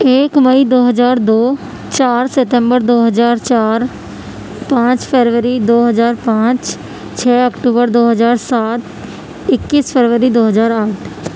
ایک مئی دو ہزار دو چار ستبمر دو ہزار چار پانچ فروری دو ہزار پانچ چھ اکتوبر دو ہزار سات اکیس فروری دو ہزار آٹھ